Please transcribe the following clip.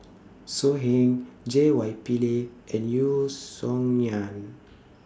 So Heng J Y Pillay and Yeo Song Nian